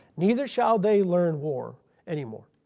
neither shall they learn war anymore.